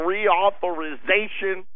Reauthorization